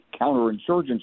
counterinsurgency